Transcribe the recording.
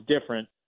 different